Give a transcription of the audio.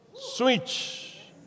Switch